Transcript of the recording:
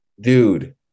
Dude